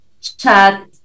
chat